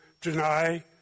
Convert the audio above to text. deny